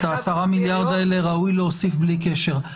את ה-10 מיליארד האלה ראוי להוסיף בלי קשר,